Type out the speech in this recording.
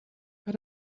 but